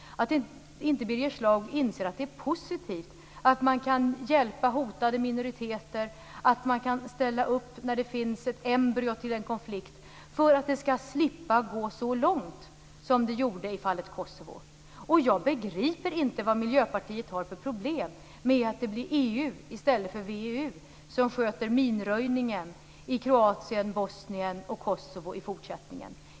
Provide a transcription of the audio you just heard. Inser inte Birger Schlaug att det är positivt att man kan hjälpa hotade minoriteter och ställa upp när det finns ett embryo till en konflikt för att det inte skall gå så långt som det gjorde i Kosovo? Jag begriper inte vad Miljöpartiet har för problem med att det blir EU i stället för VEU som sköter minröjningen i Kroatien, Bosnien och Kosovo i fortsättningen.